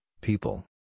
people